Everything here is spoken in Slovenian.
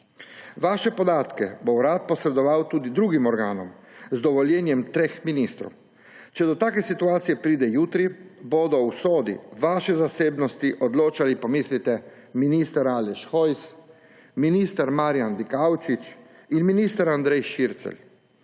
Vaše podatke bo urad posredoval tudi drugim organom z dovoljenjem treh ministrov. Če do take situacije pride jutri, bodo o usodi vaše zasebnosti odločali, pomislite, minister Aleš Hojs, minister Marjan Dikaučič in minister Andrej Šircelj.